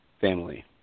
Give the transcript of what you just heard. family